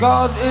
God